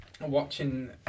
Watching